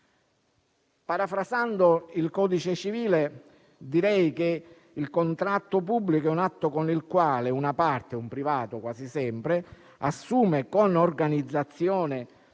Parafrasando il codice civile, direi che il contratto pubblico è un atto con il quale una parte (un privato, quasi sempre) assume, con organizzazione